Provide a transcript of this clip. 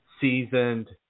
seasoned